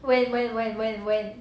when when when when when